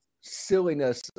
silliness